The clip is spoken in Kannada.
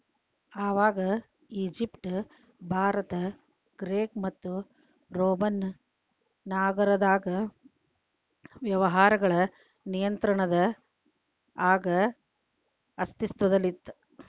ಆವಾಗ ಈಜಿಪ್ಟ್ ಭಾರತ ಗ್ರೇಕ್ ಮತ್ತು ರೋಮನ್ ನಾಗರದಾಗ ವ್ಯವಹಾರಗಳ ನಿಯಂತ್ರಣ ಆಗ ಅಸ್ತಿತ್ವದಲ್ಲಿತ್ತ